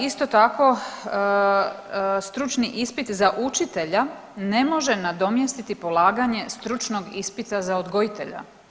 Isto tako, stručni ispit za učitelja ne može nadomjestiti polaganje stručnog ispita za odgojitelja.